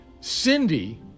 Cindy